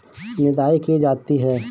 निदाई की जाती है?